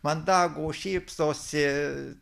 mandagūs šypsosi